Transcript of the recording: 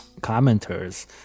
commenters